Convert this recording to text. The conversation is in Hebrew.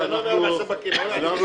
אדוני,